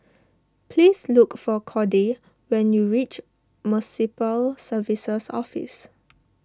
please look for Cordie when you reach Municipal Services Office